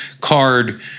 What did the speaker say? card